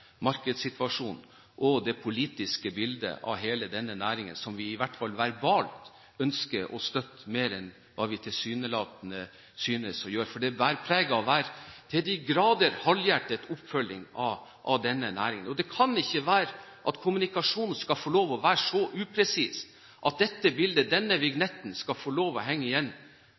og det politiske bildet av hele denne næringen, som vi i hvert fall verbalt ønsker å støtte mer enn hva vi tilsynelatende synes å gjøre, for det bærer preg av å være til de grader halvhjertet oppfølging av denne næringen. Det kan ikke være sånn at kommunikasjonen skal få lov til å være så upresis, at dette bildet – denne vignetten – skal få lov å henge igjen